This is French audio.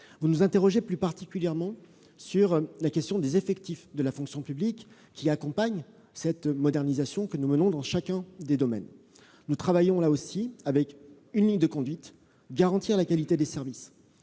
Vous nous interrogez plus particulièrement sur la question des effectifs de la fonction publique. Elle accompagne la modernisation que nous menons dans chaque domaine. Nous travaillons là aussi avec une ligne de conduite : garantir la qualité des services